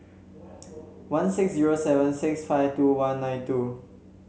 one six zero seven six five two one nine two